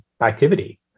activity